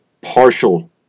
partial